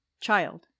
Child